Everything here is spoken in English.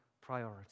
priority